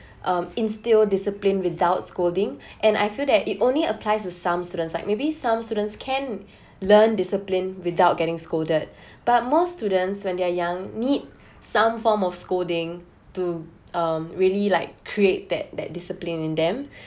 um instill discipline without scolding and I feel that it only applies to some students like maybe some students can learn discipline without getting scolded but most students when they are young need some form of scolding to um really like create that that discipline in them